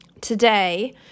today